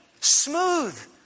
smooth